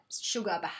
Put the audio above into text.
sugar